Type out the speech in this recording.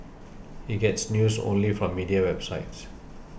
he gets news only from media websites